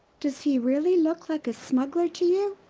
does he really look like a smuggler to you?